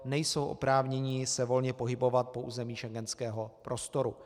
Nejsou oprávněni se volně pohybovat po území schengenského prostoru.